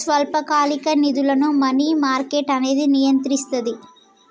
స్వల్పకాలిక నిధులను money market అనేది నియంత్రిస్తది